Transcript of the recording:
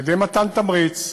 על-ידי מתן תמריץ,